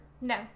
No